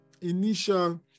initial